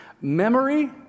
Memory